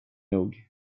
nog